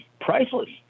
priceless